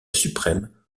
suprême